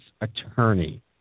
attorney